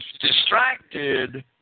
distracted